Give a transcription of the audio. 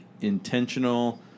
intentional